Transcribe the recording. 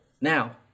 now